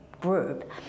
group